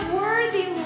worthy